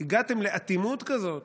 הגעתם לאטימות כזאת